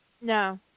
No